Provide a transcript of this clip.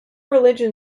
religion